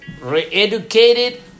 re-educated